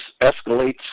escalates